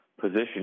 position